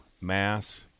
mass